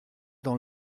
dans